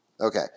Okay